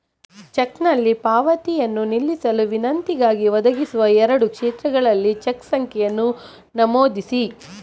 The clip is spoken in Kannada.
ಚೆಕ್ನಲ್ಲಿ ಪಾವತಿಯನ್ನು ನಿಲ್ಲಿಸಲು ವಿನಂತಿಗಾಗಿ, ಒದಗಿಸಿದ ಎರಡೂ ಕ್ಷೇತ್ರಗಳಲ್ಲಿ ಚೆಕ್ ಸಂಖ್ಯೆಯನ್ನು ನಮೂದಿಸಿ